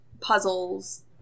puzzles